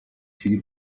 chwili